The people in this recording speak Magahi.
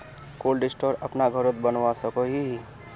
कोल्ड स्टोर अपना घोरोत बनवा सकोहो ही?